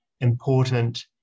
important